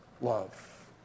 love